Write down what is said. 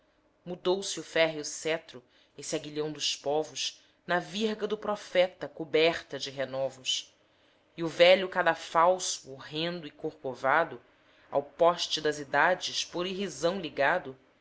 mudou-se o férreo cetro esse aguilhão dos povos na virga do profeta coberta de renovos e o velho cadafalso horrendo e corcovado ao poste das idades por irrisão ligado